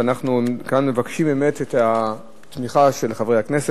ואנחנו כאן מבקשים באמת את התמיכה של חברי הכנסת.